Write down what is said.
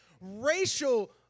racial